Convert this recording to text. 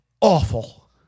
awful